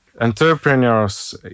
entrepreneurs